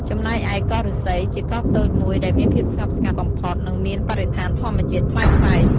ចំណែកឯ កោះឫស្សី ជាកោះតូចមួយដែលមានភាពស្ងប់ស្ងាត់បំផុត និងមានបរិស្ថានធម្មជាតិប្លែកៗ។